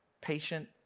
patient